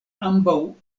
ambaŭ